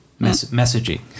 Messaging